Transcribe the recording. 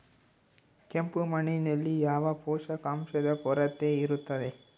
ಕೆಂಪು ಮಣ್ಣಿನಲ್ಲಿ ಯಾವ ಪೋಷಕಾಂಶದ ಕೊರತೆ ಇರುತ್ತದೆ?